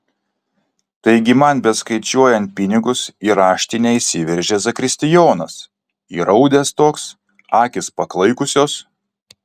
taigi man beskaičiuojant pinigus į raštinę įsiveržė zakristijonas įraudęs toks akys paklaikusios